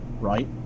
right